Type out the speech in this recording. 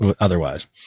otherwise